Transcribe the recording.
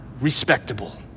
respectable